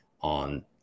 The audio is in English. on